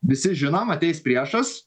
visi žinom ateis priešas